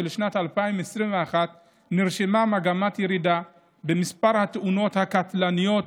שנת 2021 נרשמה מגמת ירידה במספר התאונות הקטלניות,